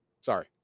Sorry